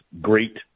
great